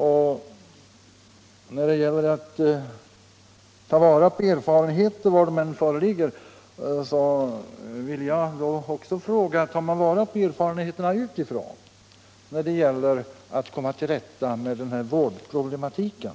Eftersom vi skall ta vara på erfarenheter var de än föreligger vill jag också fråga: Tar man vara på erfarenheterna utifrån när det gäller att komma till rätta med vårdproblematiken?